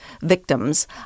victims